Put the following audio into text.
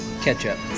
ketchup